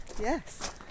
Yes